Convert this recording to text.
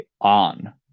on